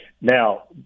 Now